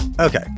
Okay